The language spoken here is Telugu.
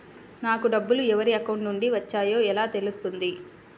నాకు డబ్బులు ఎవరి అకౌంట్ నుండి వచ్చాయో ఎలా తెలుస్తుంది?